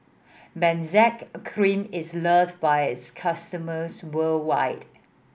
Benzac Cream is loved by its customers worldwide